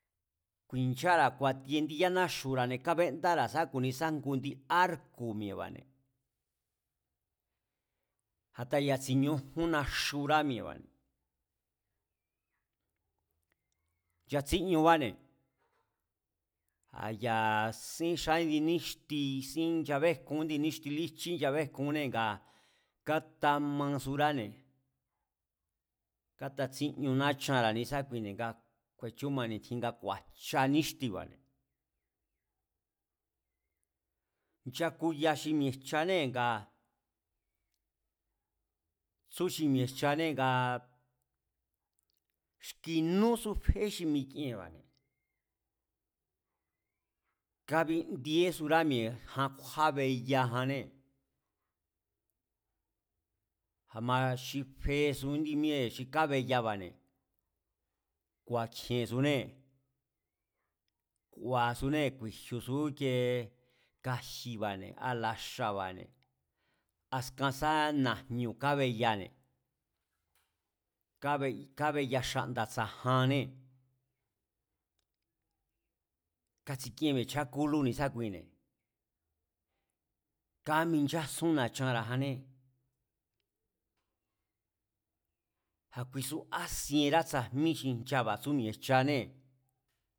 Ku̱i̱nchara̱ ku̱a̱tie ndi yanaxu̱ra̱, kábéndára̱ sá ku̱ni sá jngu ndi árku̱ mi̱e̱ba̱ne̱, a̱ta ya̱ tsi̱ñujún naxurá mi̱e̱ba̱ne̱, nchatsíñuba̱ne̱, a̱ ya sín xa índi níxti sín, nchabéjkun índi níxti líjchí, nchabéjkunnee̱ ngaa̱ kátamasurane̱, katatsíñu nachanra̱ ne̱esákuine̱ nga kju̱e̱chúma ni̱tjin nga ku̱a̱jcha níxtiba̱, nchakuya xi mi̱e̱jchanée̱ ngaa̱ tsú xi mi̱e̱jchanée̱ ngaa xki̱ núsu fe xi mikienba̱ne̱ kábindíesurá mi̱e̱ jan kjúábeyajannée̱. A̱ ma xi fesu índi míée̱ xi kábeyaba̱ne̱, ku̱a̱kjiensunée̱, ku̱a̱súnée̱, ku̱e̱jioo̱ su íkiee kaji̱ba̱ne̱, alaxa̱ba̱ne̱, askan sá na̱jñu̱ kábeyane̱, kábeya xa̱nda̱ tsa̱janée̱, kátsikíén mi̱e̱ chákúlú ni̱sákuine̱, káminchásún na̱chanra̱jannée̱, a̱ kuisu ásienrá tsajmí xi nchaba̱ tsú mi̱e̱jchanée̱